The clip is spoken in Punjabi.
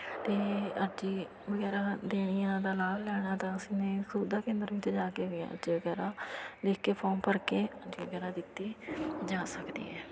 ਅਤੇ ਅਰਜ਼ੀ ਵਗੈਰਾ ਦੇਣੀਆਂ ਦਾ ਲਾਭ ਲੈਣਾ ਤਾਂ ਉਸ ਨੇ ਸੁਵਿਧਾ ਕੇਂਦਰ ਵਿੱਚ ਜਾ ਕੇ ਅਰਜ਼ੀ ਵਗੈਰਾ ਲਿਖ ਕੇ ਫੋਮ ਭਰ ਕੇ ਅਰਜ਼ੀ ਵਗੈਰਾ ਦਿੱਤੀ ਜਾ ਸਕਦੀ ਹੈ